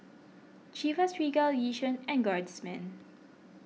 Chivas Regal Yishion and Guardsman